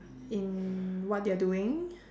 in what they are doing